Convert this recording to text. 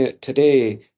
today